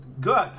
good